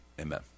amen